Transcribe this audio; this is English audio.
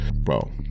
bro